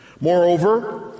Moreover